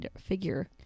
figure